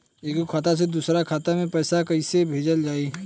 एगो खाता से दूसरा खाता मे पैसा कइसे भेजल जाई?